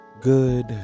good